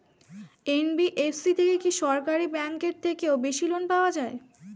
NBFC থেকে কি সরকারি ব্যাংক এর থেকেও বেশি লোন পাওয়া যায়?